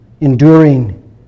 enduring